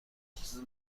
است